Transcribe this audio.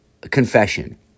confession